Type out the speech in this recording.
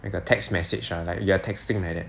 like a text message ah like you're texting like that